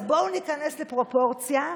אז בואו ניכנס לפרופורציה.